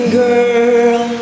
girl